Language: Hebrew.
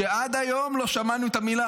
שעד היום לא שמענו ממנו את המילה